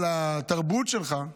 על התרבות שלך,